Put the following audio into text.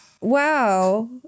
wow